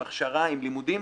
עם הכשרה ולימודים.